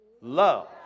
love